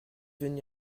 venu